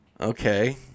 Okay